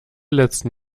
letzten